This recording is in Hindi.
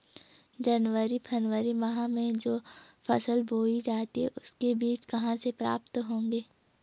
जनवरी फरवरी माह में जो फसल बोई जाती है उसके बीज कहाँ से प्राप्त होंगे?